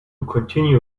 continue